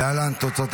ההצבעה,